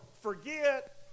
forget